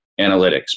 analytics